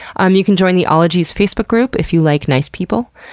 um you can join the ologies facebook group if you like nice people.